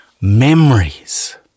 memories